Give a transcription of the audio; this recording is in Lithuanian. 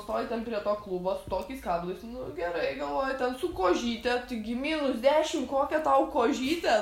stovi ten prie to klubo su tokiais kablais nu gerai galvoju ten su kožyte taigi minus dešim kokia tau kožytė